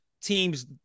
teams